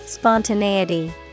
Spontaneity